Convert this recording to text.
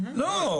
לא.